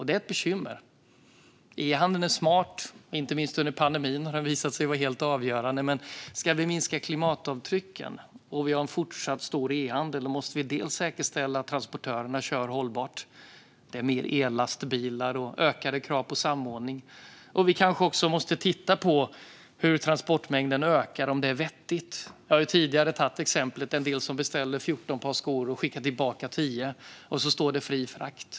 Det är ett bekymmer. E-handeln är smart. Inte minst under pandemin har den visat sig vara helt avgörande. Men om vi ska minska klimatavtrycken och vi har en fortsatt stor e-handel måste vi säkerställa att transportörerna kör hållbart med fler ellastbilar och att det blir ökade krav på samordning. Vi måste kanske också titta på hur transportmängden ökar och om det är vettigt. Jag har tidigare tagit exemplet med att en del beställer 14 par skor och skickar tillbaka 10. Det står att det är fri frakt.